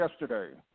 yesterday